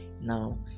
Now